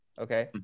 okay